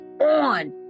on